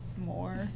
more